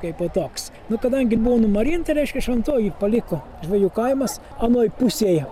kaipo toks nu kadangi buvo numarinta reiškia šventoji paliko žvejų kaimas anoj pusėj